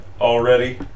already